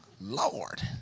Lord